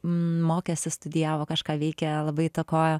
mokėsi studijavo kažką veikė labai įtakojo